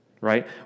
Right